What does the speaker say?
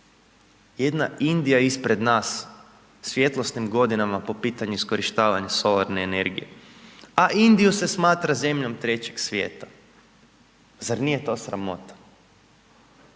jedna Indija ispred nas, svjetlosnim godinama po pitanju iskorištavanja solarne energije a Indiju se smatra zemljom trećeg svijeta. Zar nije to sramota?